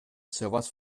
servers